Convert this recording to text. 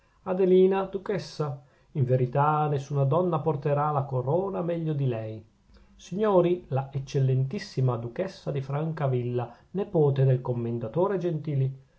adelina duchessa in verità nessuna donna porterà la corona meglio di lei signori la eccellentissima duchessa di francavilla nepote del commendatore gentili